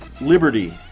Liberty